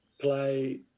play